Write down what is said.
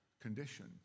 condition